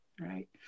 right